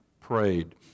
prayed